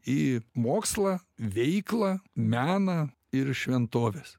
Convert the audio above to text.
į mokslą veiklą meną ir šventoves